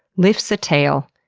lifts a tail,